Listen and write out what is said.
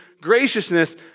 graciousness